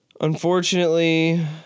Unfortunately